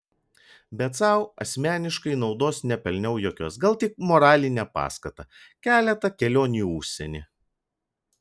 bet sau asmeniškai naudos nepelniau jokios gal tik moralinę paskatą keletą kelionių į užsienį